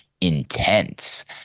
intense